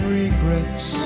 regrets